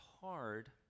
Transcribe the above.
hard